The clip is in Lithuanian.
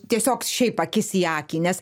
tiesiog šiaip akis į akį nes